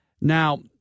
Now